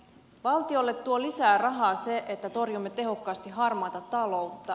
valtiolle tuo lisää rahaa se että torjumme tehokkaasti harmaata taloutta